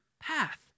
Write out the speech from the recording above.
path